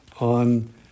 on